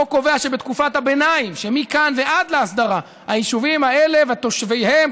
החוק קובע שבתקופת הביניים שמכאן ועד להסדרה היישובים האלה ותושביהם,